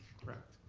correct.